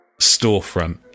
storefront